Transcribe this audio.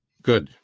good.